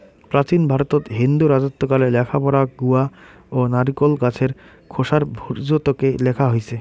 প্রাচীন ভারতত হিন্দু রাজত্বকালে লেখাপড়া গুয়া ও নারিকোল গছের খোসার ভূর্জত্বকে লেখা হইচে